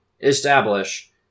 establish